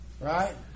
Right